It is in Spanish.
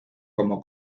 como